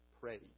praise